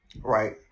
Right